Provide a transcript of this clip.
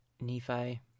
Nephi